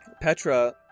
Petra